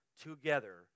together